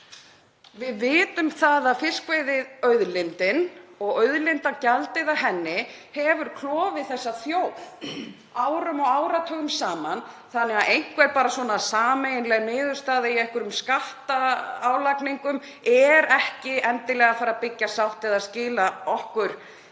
Við vitum að fiskveiðiauðlindin og auðlindagjaldið af henni hefur klofið þessa þjóð árum og áratugum saman þannig að einhver bara svona sameiginleg niðurstaða í einhverjum skattaálagningum er ekki endilega að fara að byggja sátt eða skila okkur